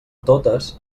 totes